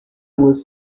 was